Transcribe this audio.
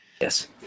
Yes